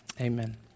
Amen